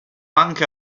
anche